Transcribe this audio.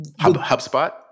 HubSpot